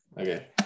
okay